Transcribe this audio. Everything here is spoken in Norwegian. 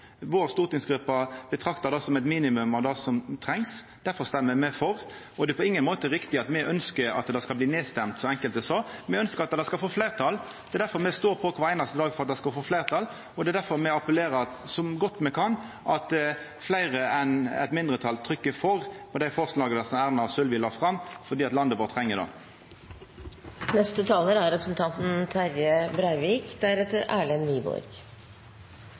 vår ser på det som eit minimum av det som trengst. Difor stemmer me for. Det er på ingen måte riktig at me ønskjer at det skal bli nedstemt, som enkelte sa. Me ønskjer at det skal få fleirtal. Det er difor me står på kvar einaste dag for at det skal få fleirtal, og det er difor me appellerer så godt me kan for at fleire enn eit mindretal skal stemma for dei forslaga som Erna og Sylvi la fram. Landet vårt treng det. Eg er